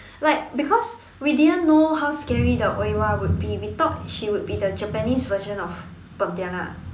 like because we didn't know how scary the Oiwa would be we thought it could be the Japanese version of pontianak